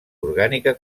orgànica